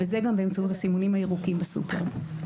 וזה גם באמצעות הסימונים הירוקים בסופר.